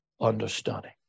understanding